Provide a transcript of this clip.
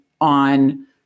on